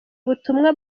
ubutumwa